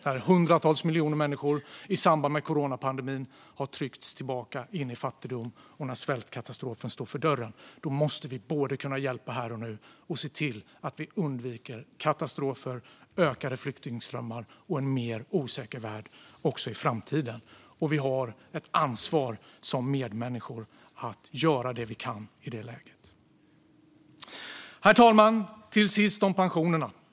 När hundratals miljoner människor i samband med coronapandemin har tryckts tillbaka in i fattigdom och när svältkatastrofen står för dörren måste vi både kunna hjälpa här och nu och se till att vi undviker katastrofer, ökade flyktingströmmar och en mer osäker värld också i framtiden. Vi har ett ansvar som medmänniskor att göra det vi kan i det läget. Herr talman! Till sist vill jag ta upp pensionerna.